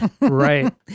Right